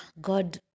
God